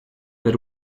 per